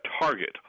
Target